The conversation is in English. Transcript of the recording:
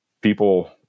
people